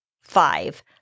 Five